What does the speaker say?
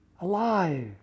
alive